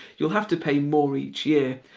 you'll have to pay more each year,